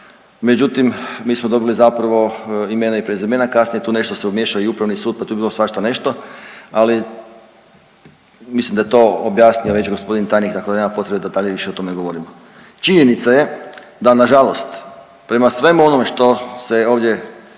Međutim, mi smo dobili zapravo imena i prezimena. Kasnije tu nešto se umiješao i Upravni sud, pa tu je bilo svašta nešto, ali mislim da je to objasnio već gospodin tajnik, tako da nema potrebe da dalje više o tome govorimo. Činjenica je da na žalost prema svemu onom što se ovdje